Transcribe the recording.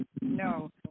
No